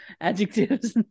adjectives